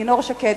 אלינור שקד,